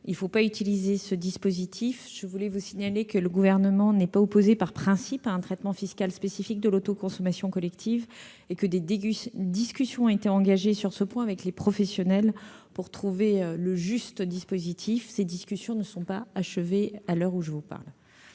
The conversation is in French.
messieurs les sénateurs, je voulais vous signaler que le Gouvernement n'est pas opposé par principe à un traitement fiscal spécifique de l'autoconsommation collective et que des discussions ont été engagées sur ce point avec les professionnels pour trouver le juste dispositif. Elles ne sont pas achevées à l'heure où je vous parle.